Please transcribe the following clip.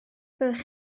fyddech